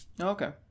Okay